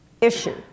issue